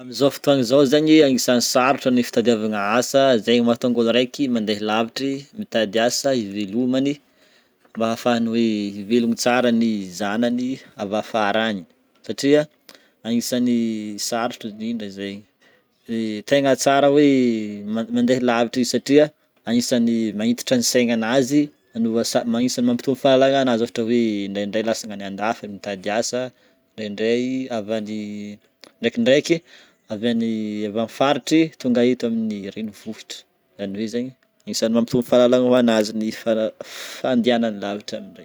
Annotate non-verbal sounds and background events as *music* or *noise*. Amin'zao fotoagna zao zegny, agnisany sarotro ny fitadiavagna asa, zegny mahatonga ôlo areky mandeha lavitry mitady asa, hivelomagny mba afahany hoe hivelogno tsara le zanany avy afara agny satria agnisany'ny *hesitation* sarotro indrindra zegny. Ny tegna tsara hoe ma- mandeha lavitra izy satria agnisany magnitatry saignanazy, no asa- agnisany mampitombo fahalalagna azo ohatra hoe ndraindray lasagna any andafy mitady asa, ndraindray avy any *hesitation* ndraikindraiky avy any *hesitation* avy amin'ny faritry tonga eto amin'ny renivohitry zany hoe zegny agnisany mampitombo fahalalagna ho anazy ny fala- fandianany lavitra am'regny.